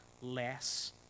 less